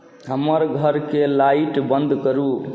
हमर घरकेँ लाइट बन्द करू